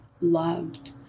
loved